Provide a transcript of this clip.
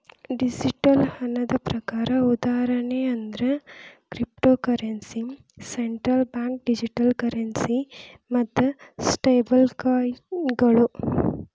digital ಹಣದ ಪ್ರಕಾರ ಉದಾಹರಣಿ ಅಂದ್ರ cryptocurrency, central bank digital currency ಮತ್ತ ಸ್ಟೇಬಲ್ಕಾಯಿನ್ಗಳ